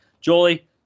Jolie